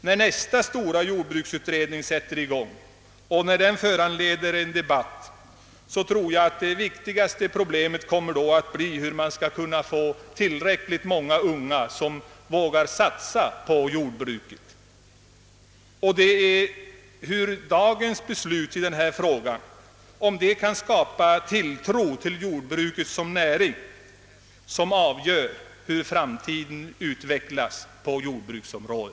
När nästa stora jordbruksutredning tillsättes och föranleder debatt, tror jag att det viktigaste problemet kommer att vara frågan om hur vi skall få tillräckligt många unga att våga satsa på jordbruket. Och det är dagens beslut i denna fråga — som skall skapa tilltro till jordbruket såsom näring — som avgör hur framtiden kommer att te sig på jordbrukets område.